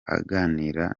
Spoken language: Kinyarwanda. aganira